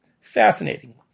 Fascinating